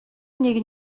нэг